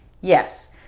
Yes